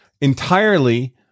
entirely